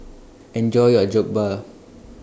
Enjoy your Jokbal